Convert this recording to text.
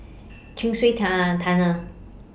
Chin Swee Tunnel Tunnel